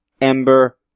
Ember